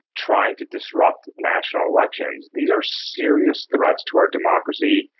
trying to disrupt national elections. these are serious threats to our democracy,